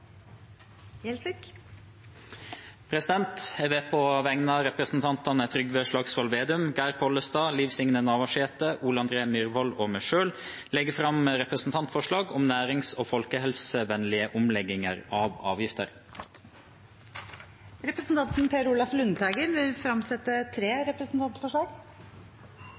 Gjelsvik vil fremsette et representantforslag. Jeg vil på vegne av stortingsrepresentantene Trygve Slagsvold Vedum, Geir Pollestad, Liv Signe Navarsete, Ole André Myhrvold og meg selv legge fram et representantforslag om nærings- og folkehelsevennlig omlegging av avgifter. Representanten Per Olaf Lundteigen vil fremsette tre representantforslag.